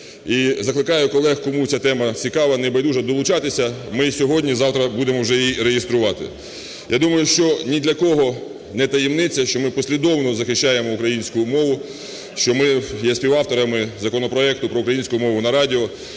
І закликаю колег, кому ця тема цікава, небайдужа, долучатися, ми сьогодні-завтра будемо вже її реєструвати. Я думаю, що ні для кого не таємниця, що ми послідовно захищаємо українську мову, що ми є співавторами законопроекту про українську мову на радіо,